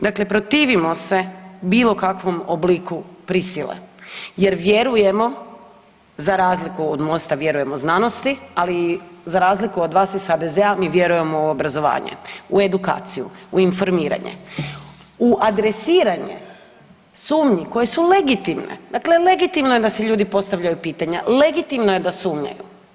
Dakle, protivimo se bilo kakvom obliku prisile jer vjerujemo, za razliku od MOST-a vjerujemo znanosti, ali i za razliku od vas iz HDZ mi vjerujemo u obrazovanje, u edukaciju, u informiranje, u adresiranje sumnji koje su legitimne, dakle legitimno je da si ljudi postavljaju pitanja, legitimno je da sumnjaju.